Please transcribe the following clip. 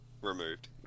removed